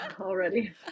already